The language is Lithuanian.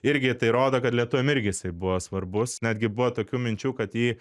irgi tai rodo kad lietuviam irgi jisai buvo svarbus netgi buvo tokių minčių kad jį